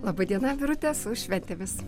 laba diena birute su šventėmis